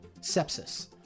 sepsis